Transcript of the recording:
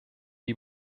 die